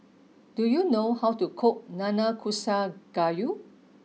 do you know how to cook Nanakusa Gayu